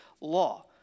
law